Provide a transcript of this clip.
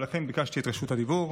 ולכן ביקשתי את רשות הדיבור.